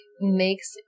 makes